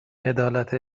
عدالت